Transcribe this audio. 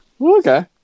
Okay